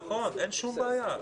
נכון, אין שום בעיה.